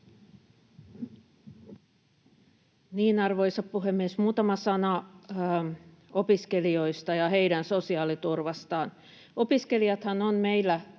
Arvoisa puhemies! Muutama sana opiskelijoista ja heidän sosiaaliturvastaan. Opiskelijathan ovat meillä